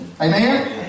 Amen